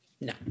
no